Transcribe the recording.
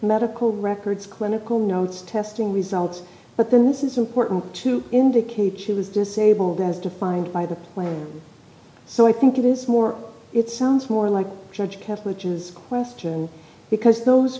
medical records clinical notes testing results but this is important to indicate he was disabled as defined by the law so i think it is more it sounds more like judge half which is question because those